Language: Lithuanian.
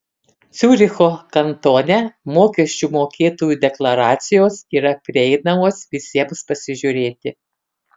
ciuricho kantone mokesčių mokėtojų deklaracijos yra prieinamos visiems pasižiūrėti